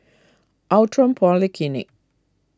Outram Polyclinic